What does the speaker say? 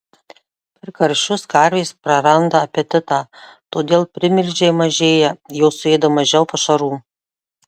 per karščius karvės praranda apetitą todėl primilžiai mažėja jos suėda mažiau pašarų